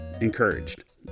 encouraged